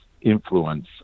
influence